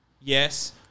yes